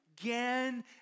again